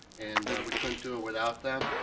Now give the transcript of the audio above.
and we couldn't do it without them.